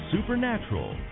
supernatural